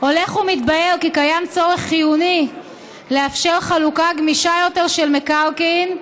הולך ומתבהר כי קיים צורך חיוני לאפשר חלוקה גמישה יותר של מקרקעין,